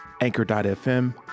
Anchor.fm